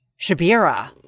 Shabira